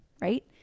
right